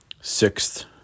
sixth